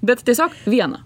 bet tiesiog vieną